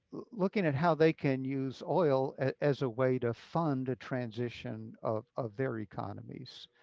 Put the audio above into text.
looking at how they can use oil as a way to fund a transition of of their economies,